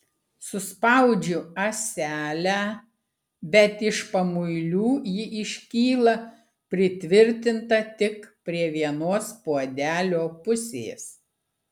suspaudžiu ąselę bet iš pamuilių ji iškyla pritvirtinta tik prie vienos puodelio pusės